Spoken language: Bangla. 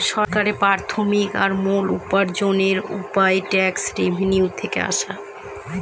সরকারের প্রাথমিক আর মূল উপার্জনের উপায় ট্যাক্স রেভেনিউ থেকে আসে